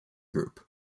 group